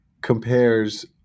compares